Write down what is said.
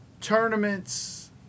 tournaments